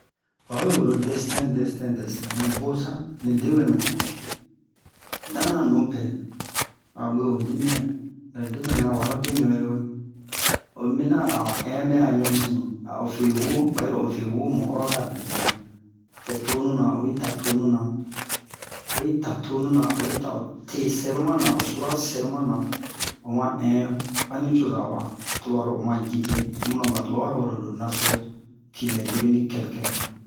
bawe woro destin destin destin mubosa ni debenu danan nupɛ a bwe ho dimiyan mɛ debenu yan wara be ɲure'uwe omina a in bɛ'a ɲusin a'o fe hu'o ba'iro ofe'uwo mu oro bɛ'a bebian tɛ tonu na oyi ta tonuna oyi ta tonuna oyi ta'ote sɛromana o sura sɛromana oma in bani coza wa tobaro oma jibe omu ba tubabura wero lo naso qu'il est devenu quelqu'un